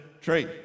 tree